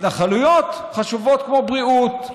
התנחלויות חשובות כמו בריאות,